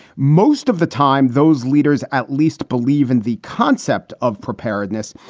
most of the time those leaders at least believe in the concept of preparedness.